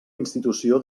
institució